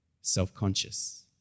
self-conscious